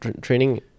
training